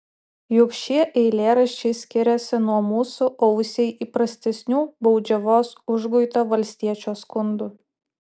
juk šie eilėraščiai skiriasi nuo mūsų ausiai įprastesnių baudžiavos užguito valstiečio skundų